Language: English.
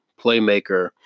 playmaker